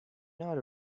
not